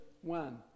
One